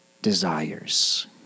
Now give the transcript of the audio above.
desires